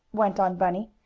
went on bunny.